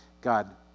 God